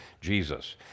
Jesus